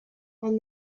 and